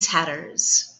tatters